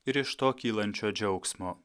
ir iš to kylančio džiaugsmo